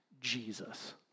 Jesus